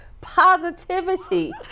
positivity